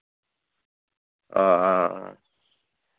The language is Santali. ᱟᱨ